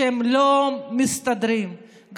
שלא מסתדרים,